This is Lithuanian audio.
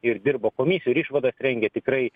ir dirbo komisijoj ir išvadas rengė tikrai